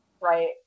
Right